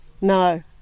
No